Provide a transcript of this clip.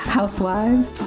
Housewives